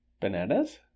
Bananas